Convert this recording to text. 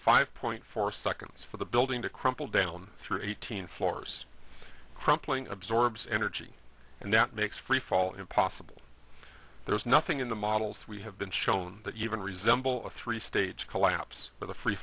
five point four seconds for the building to crumple down through eighteen floors crumpling absorbs energy and that makes freefall impossible there is nothing in the models we have been shown that even resemble a three stage collapse with a free